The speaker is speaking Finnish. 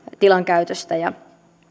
tilankäytöstä ja